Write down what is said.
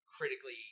critically